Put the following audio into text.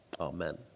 amen